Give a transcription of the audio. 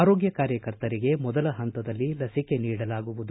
ಆರೋಗ್ಯ ಕಾರ್ಯಕರ್ತರಿಗೆ ಮೊದಲ ಹಂತದಲ್ಲಿ ಲಭಿಕೆ ನೀಡಲಾಗುವುದು